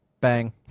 Bang